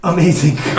Amazing